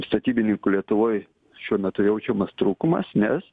statybininkų lietuvoj šiuo metu jaučiamas trūkumas nes